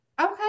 Okay